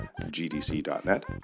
GDC.net